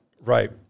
Right